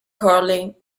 curling